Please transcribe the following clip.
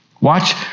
Watch